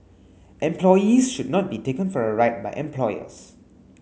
employees should not be taken for a ride by employers